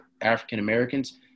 African-Americans